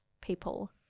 people